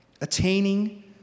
attaining